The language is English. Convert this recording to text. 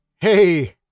Hey